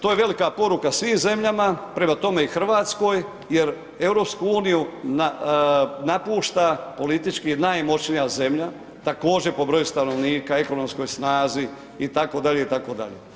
To je velika poruka svim zemljama, prema tome i RH, jer EU napušta politički najmoćnija zemlja, također po broju stanovnika, ekonomskoj snazi, itd. itd.